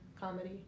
comedy